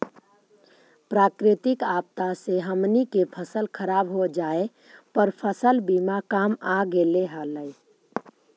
प्राकृतिक आपदा से हमनी के फसल खराब हो जाए पर फसल बीमा काम आ गेले हलई